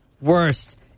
worst